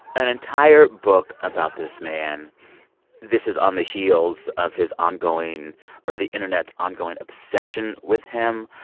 an entire book about this man this is on the heels of his ongoing or the internet's ongoing obsession with him.